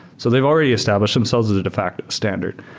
so they've already established themselves as a de facto standard,